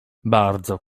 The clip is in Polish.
bardzo